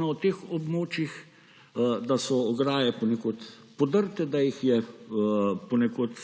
na teh območjih, da so ograje ponekod podrte, da jih je ponekod